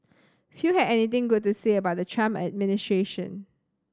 few had anything good to say about the Trump administration